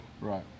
Right